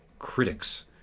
critics